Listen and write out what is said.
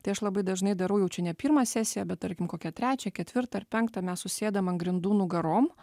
tai aš labai dažnai darau jau čia ne pirmą sesiją bet tarkim kokią trečią ketvirtą ar penktą mes susėdam ant grindų nugarom